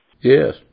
Yes